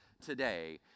today